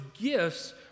gifts